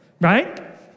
right